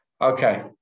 okay